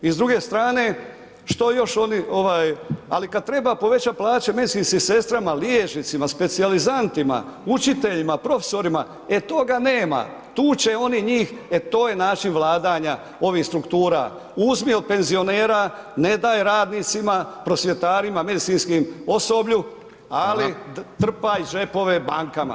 I s druge strane što još oni ovaj, ali kad treba povećat plaće medicinskim sestrama, liječnicima, specijalizantima, učiteljima, profesorima, a toga nema tu će oni njih, e to je način vladanja ovih struktura, uzmi od penzionera, ne daj radnicima, prosvjetarima, medicinskom osoblju, ali trpaj džepove bankama.